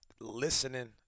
Listening